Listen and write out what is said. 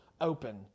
open